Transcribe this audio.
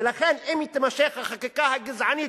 ולכן אם תימשך החקיקה הגזענית,